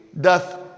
doth